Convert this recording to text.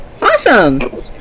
Awesome